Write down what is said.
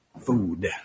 food